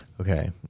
Okay